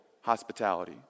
hospitality